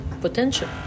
potential